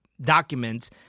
documents